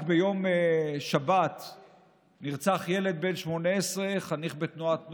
רק ביום שבת נרצח ילד בן 18, חניך בתנועת נוער,